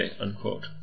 unquote